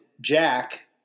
Jack